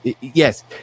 yes